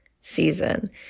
season